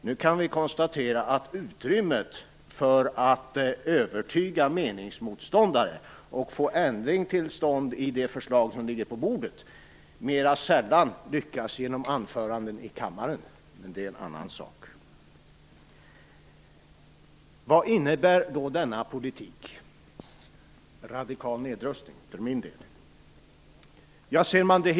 Nu kan vi konstatera att man mera sällan lyckas övertyga meningsmotståndare och få en ändring till stånd i de förslag som ligger på riksdagens bord genom anföranden i kammaren, men det är en annan sak. Vad innebär då denna politik, en politik för en radikal nedrustning, för min del?